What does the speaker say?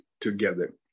together